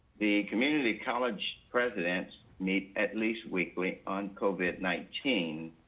the community college presidents meet at least weekly on covid nineteen.